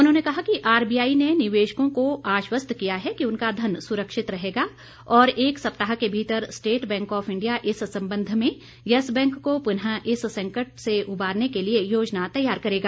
उन्होंने कहा कि आरबीआई ने निवेशकों को आश्वस्त किया है कि उनका धन सुरक्षित रहेगा और एक सप्ताह के भीतर स्टेट बैंक आफ इंडिया इस संबंध में यस बैंक को पुनः इस संकट से उबारने के लिए योजना तैयार करेगा